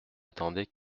attendait